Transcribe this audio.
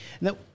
Now